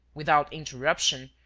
without interruption,